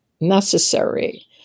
necessary